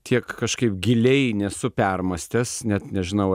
tiek kažkaip giliai nesu permąstęs net nežinau